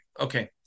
Okay